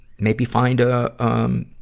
maybe find a, um,